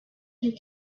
you